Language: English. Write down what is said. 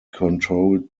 controlled